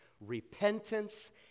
Repentance